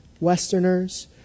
Westerners